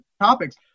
topics